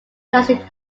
classic